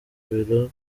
ibiro